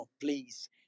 please